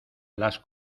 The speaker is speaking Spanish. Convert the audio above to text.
las